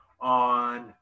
on